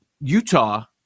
Utah